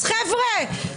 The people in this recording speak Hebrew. אז חבר'ה,